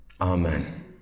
amen